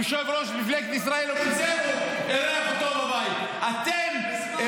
יושב-ראש מפלגת ישראל ביתנו -- אתם הייתם בקואליציה.